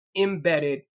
embedded